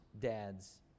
dads